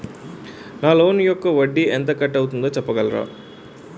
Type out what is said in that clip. నా లోన్ యెక్క వడ్డీ ఎంత కట్ అయిందో చెప్పగలరా?